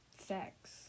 sex